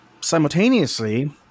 simultaneously